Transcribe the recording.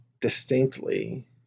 distinctly